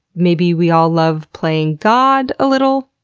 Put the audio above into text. maybe we all love playing god a little?